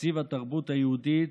תקציב התרבות היהודית,